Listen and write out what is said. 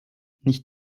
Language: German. nicht